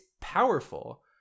powerful